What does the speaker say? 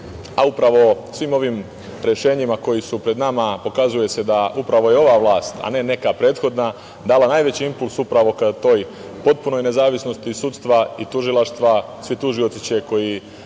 a upravo svim ovim rešenjima koja su pred nama pokazuje se da upravo ova vlast, a ne neka prethodna, je dala najveći impuls upravo ka toj potpunoj nezavisnosti sudstva i tužilaštva. Svi tužioci će koji